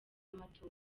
amatora